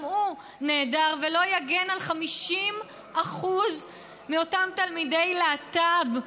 גם הוא נעדר ולא יגן על 50% מאותם תלמידי להט"ב,